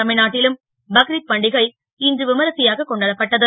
தமி நாட்டிலும் பக்ரித் பண்டிகை இன்று விமர்சியாக கொண்டாடப்பட்டது